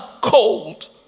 cold